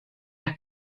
las